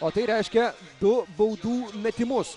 o tai reiškia du baudų metimus